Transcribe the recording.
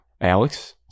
Alex